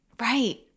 Right